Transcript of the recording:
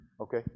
Okay